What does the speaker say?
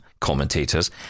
commentators